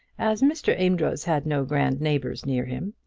as mr. amedroz had no grand neighbours near him,